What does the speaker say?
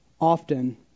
often